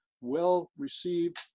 well-received